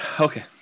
okay